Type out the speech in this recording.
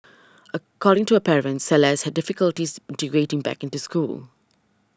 according to her parents Celeste had difficulties integrating back into school